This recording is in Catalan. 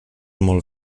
molt